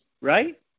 right